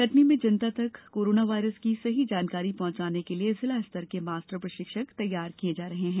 कटनी में जनता तक कोरोना वायरस की सही जानकारी पहुंचाने के लिए जिलास्तर के मास्टर प्रशिक्षक तैयार किये जा रहे है